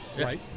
right